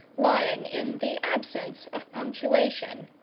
lying in the absence of punctuation.